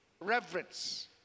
reverence